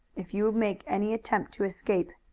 if you make any attempt to escape,